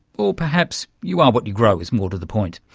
or perhaps you are what you grow is more to the point.